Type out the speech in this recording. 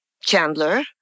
Chandler